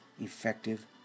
effective